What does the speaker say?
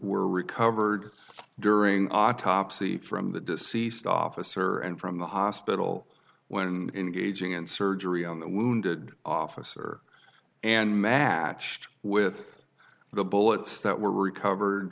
were recovered during autopsy from the deceased officer and from the hospital when gauging in surgery on the wounded officer and matched with the bullets that were recovered